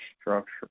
structure